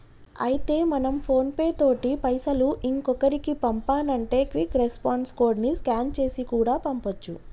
అయితే మనం ఫోన్ పే తోటి పైసలు ఇంకొకరికి పంపానంటే క్విక్ రెస్పాన్స్ కోడ్ ని స్కాన్ చేసి కూడా పంపొచ్చు